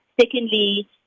Secondly